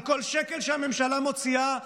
על כל שקל שהממשלה מוציאה,